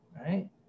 Right